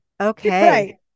Okay